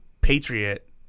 patriot